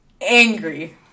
angry